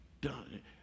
done